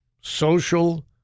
social